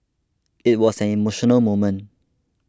it was an emotional moment